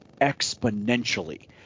exponentially